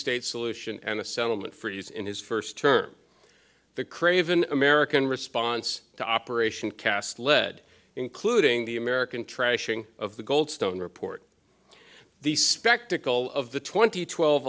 state solution and a settlement for use in his first term the craven american response to operation cast lead including the american trashing of the goldstone report the spectacle of the twenty twelve